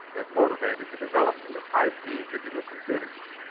has motivated the development of high speed digital computers.